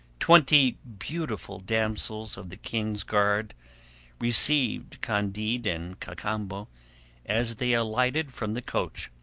twenty beautiful damsels of the king's guard received candide and cacambo as they alighted from the coach,